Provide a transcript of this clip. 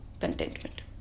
contentment